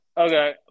Okay